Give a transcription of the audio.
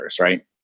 right